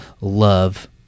love